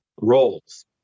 roles